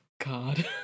God